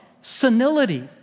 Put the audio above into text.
Senility